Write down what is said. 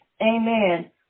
amen